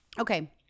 Okay